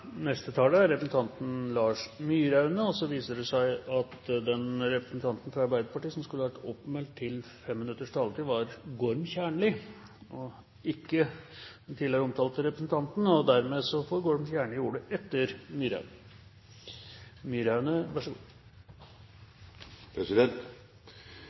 Neste taler er representanten Lars Myraune. Så viser det seg at den representanten fra Arbeiderpartiet som skulle ha vært oppmeldt til 5 minutters taletid, var Gorm Kjernli, og ikke den tidligere omtalte representanten. Dermed får Gorm Kjernli ordet etter